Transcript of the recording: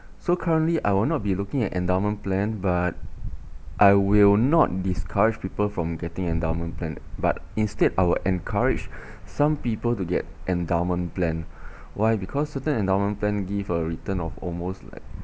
so currently I will not be looking at endowment plan but I will not discourage people from getting endowment plan but instead I will encourage some people to get endowment plan why because certain endowment plan give a return of almost like